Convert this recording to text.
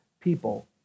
people